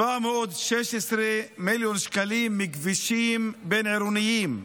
716 מיליון שקלים מכבישים בין-עירוניים,